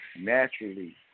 naturally